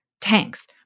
tanks